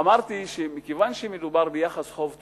אמרתי שמכיוון שמדובר ביחס חוב תוצר,